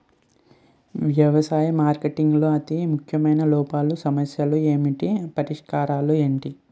వ్యవసాయ మార్కెటింగ్ లో అతి ముఖ్యమైన లోపాలు సమస్యలు ఏమిటి పరిష్కారాలు ఏంటి?